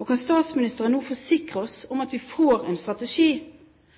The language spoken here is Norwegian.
Kan statsministeren nå forsikre oss om at vi får en strategi